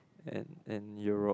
and and Europe